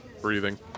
breathing